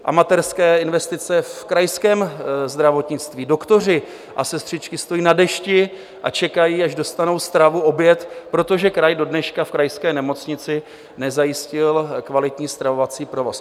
Amatérské investice v krajském zdravotnictví, doktoři a sestřičky stojí na dešti a čekají, až dostanou stravu, oběd, protože kraj do dneška v krajské nemocnici nezajistil kvalitní stravovací provoz.